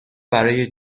برای